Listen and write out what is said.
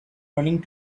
running